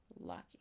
Lucky